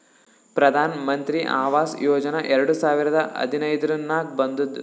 ಪ್ರಧಾನ್ ಮಂತ್ರಿ ಆವಾಸ್ ಯೋಜನಾ ಎರಡು ಸಾವಿರದ ಹದಿನೈದುರ್ನಾಗ್ ಬಂದುದ್